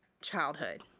childhood